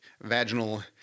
vaginal